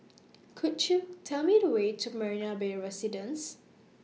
Could YOU Tell Me The Way to Marina Bay Residence